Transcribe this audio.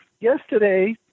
Yesterday